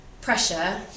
pressure